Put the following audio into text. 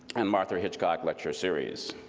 and martha hitchcock lecture series.